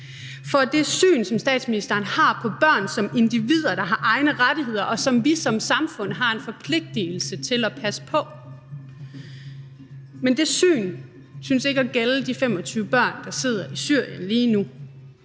for det syn, som statsministeren har på børn som individer, der har egne rettigheder, og som vi som samfund har en forpligtelse til at passe på. Men det syn synes ikke at gælde de 25 børn, der sidder i Syrien lige nu.